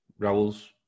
Raul's